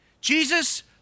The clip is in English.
Jesus